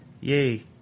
Yay